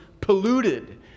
polluted